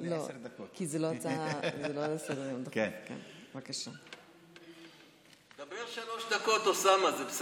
זה ניצחון של האופוזיציה.